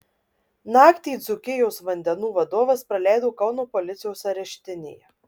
naktį dzūkijos vandenų vadovas praleido kauno policijos areštinėje